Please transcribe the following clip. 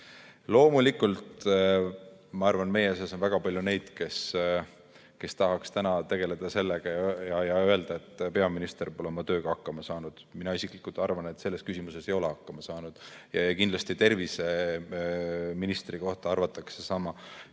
on. Ma arvan, et meie seas on väga palju neid, kes tahaks täna öelda, et peaminister pole oma tööga hakkama saanud. Mina isiklikult arvan, et ta selles küsimuses ei ole hakkama saanud. Kindlasti terviseministri kohta arvatakse sama